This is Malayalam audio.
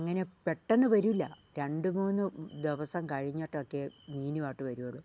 അങ്ങനെ പെട്ടെന്ന് വരില്ല രണ്ട് മൂന്ന് ദിവസം കഴിഞ്ഞിട്ടൊക്കെ മീനുവായിട്ട് വരികയുള്ളു